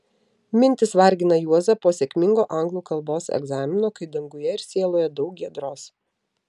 mintys vargina juozą po sėkmingo anglų kalbos egzamino kai danguje ir sieloje daug giedros